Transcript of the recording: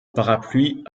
parapluie